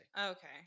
Okay